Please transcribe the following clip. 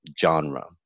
genre